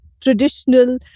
traditional